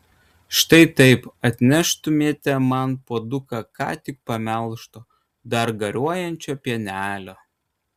štai taip atneštumėte man puoduką ką tik pamelžto dar garuojančio pienelio